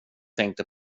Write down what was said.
tänkte